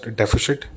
deficit